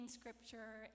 scripture